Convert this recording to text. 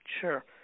Sure